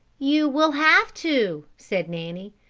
you will have to, said nanny.